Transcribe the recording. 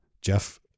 Jeff